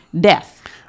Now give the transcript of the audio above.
death